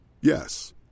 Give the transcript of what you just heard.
Yes